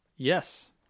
Yes